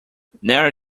nara